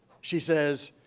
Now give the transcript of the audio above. she says,